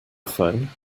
phone